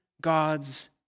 God's